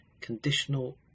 conditional